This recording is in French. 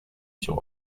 sur